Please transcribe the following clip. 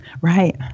right